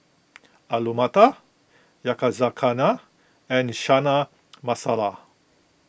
Alu Matar Yakizakana and Chana Masala